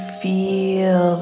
feel